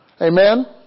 Amen